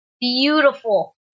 beautiful